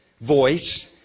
voice